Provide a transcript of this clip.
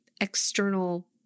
external